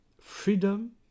freedom